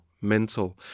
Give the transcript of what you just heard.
mental